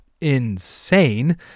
insane